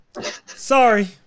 Sorry